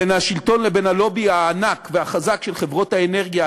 בין השלטון לבין הלובי הענק והחזק של חברות האנרגיה,